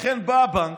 לכן בא הבנק,